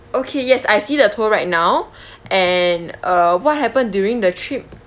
okay yes I see the tour right now and uh what happened during the trip